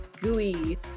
Gooey